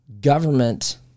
government